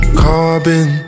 carbon